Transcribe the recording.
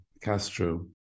Castro